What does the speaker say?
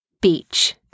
Beach